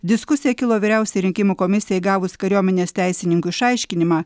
diskusija kilo vyriausiajai rinkimų komisijai gavus kariuomenės teisininkų išaiškinimą